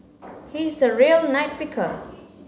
he is a real picker